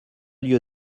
lieu